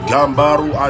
Gambaru